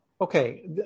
Okay